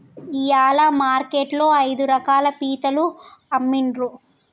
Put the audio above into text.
ఇయాల మార్కెట్ లో ఐదు రకాల పీతలు అమ్మిన్రు